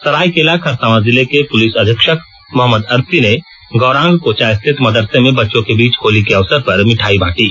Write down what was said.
सरायकेला खरसावा जिले के पुलिस अधीक्षक मो अरसी ने गौरांग कोचा स्थित मदरसे में बच्चों के बीच होली के अवसर पर मिठाइ बांटी